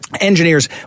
engineers